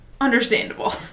understandable